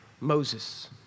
Moses